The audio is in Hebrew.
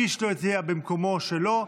איש לא הצביע במקומו שלו,